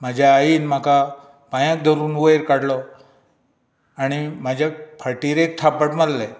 म्हज्या आईन म्हाका पायांक धरून वयर काडलो आनी म्हाज्या फाटीर थापट मारलें